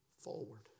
forward